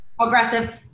Aggressive